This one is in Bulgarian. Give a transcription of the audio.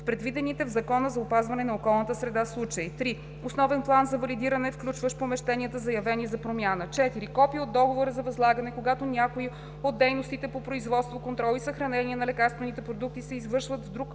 предвидените в Закона за опазване на околната среда случаи; 3. основен план за валидиране, включващ помещенията, заявени за промяна; 4. копие от договора за възлагане, когато някои от дейностите по производство, контрол и съхранение на лекарствените продукти се извършват в друг